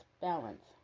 balance